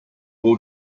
will